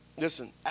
Listen